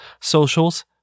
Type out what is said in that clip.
socials